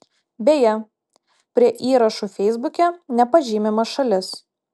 beje prie įrašų feisbuke nepažymima šalis